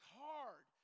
hard